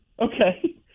Okay